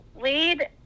Lead